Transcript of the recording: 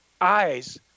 eyes